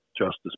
Justice